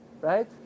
right